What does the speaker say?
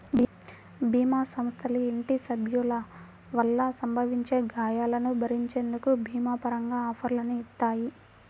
భీమా సంస్థలు ఇంటి సభ్యుల వల్ల సంభవించే గాయాలను భరించేందుకు భీమా పరంగా ఆఫర్లని ఇత్తాయి